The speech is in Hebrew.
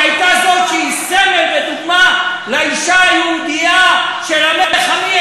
שהיא הייתה זו שהיא סמל ודוגמה לאישה היהודייה של "עמך עמי,